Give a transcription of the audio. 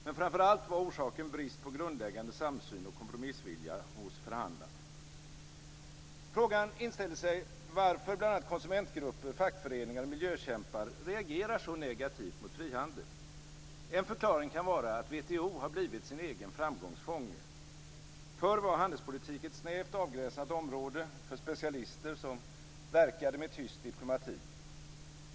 Men framför allt var orsaken brist på grundläggande samsyn och kompromissvilja hos förhandlarna. Frågan inställer sig varför bl.a. konsumentgrupper, fackföreningar och miljökämpar reagerar så negativt mot frihandel. En förklaring kan vara att WTO har blivit sin egen framgångs fånge. Förr var handelspolitik ett snävt avgränsat område för specialister som verkade med tyst diplomati.